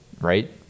right